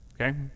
Okay